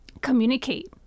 communicate